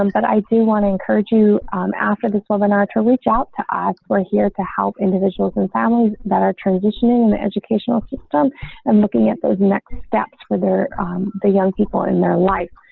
um i do want to encourage you um after this webinar to reach out to us. we're here to help individuals and families that are transitioning educational system and looking at those next steps, whether the young people in their life,